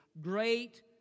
great